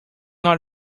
are